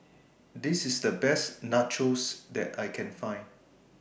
This IS The Best Nachos that I Can Find